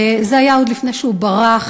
זה היה עוד לפני שהוא ברח,